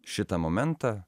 šitą momentą